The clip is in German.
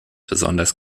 besonders